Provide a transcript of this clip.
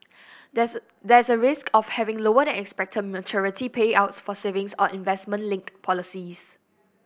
there's there is a risk of having lower than expected maturity payouts for savings or investment linked policies